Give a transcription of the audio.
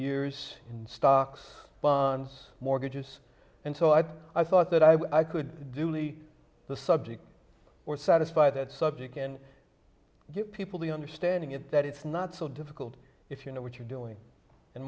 years in stocks bonds mortgages and so on i thought that i could do the subject or satisfy that subject and get people to understanding it that it's not so difficult if you know what you're doing